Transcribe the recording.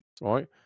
Right